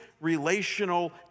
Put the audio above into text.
relational